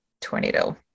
Tornado